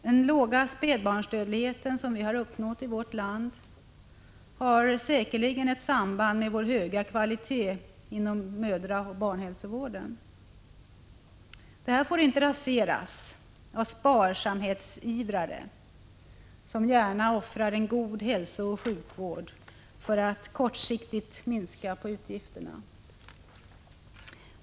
Den låga spädbarnsdödligheten i vårt land har säkerligen ett samband med vår höga kvalitet inom mödraoch barnhälsovården. Detta får inte raseras av ”sparsamhetsivrare”, som gärna offrar en god hälsooch sjukvård för att kortsiktigt minska utgifterna.